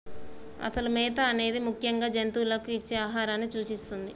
అసలు మేత అనేది ముఖ్యంగా జంతువులకు ఇచ్చే ఆహారాన్ని సూచిస్తుంది